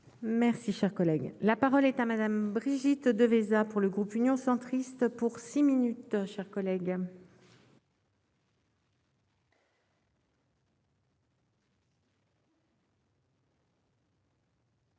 Merci, cher collègue, la parole est à Madame Brigitte Devésa pour le groupe Union centriste pour 6 minutes